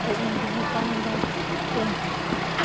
تُہُۍ أنزِِہوٚن پَنن بَچہ کینٛہہ نہ حظ چھُ پَرواے